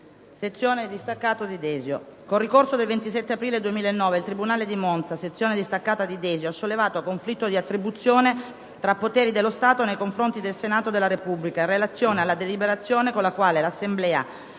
Sezione distaccata di Desio**